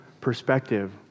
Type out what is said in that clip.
perspective